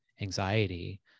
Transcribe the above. anxiety